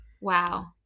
Wow